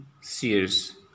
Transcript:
Sears